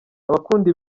abakunda